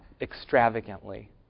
extravagantly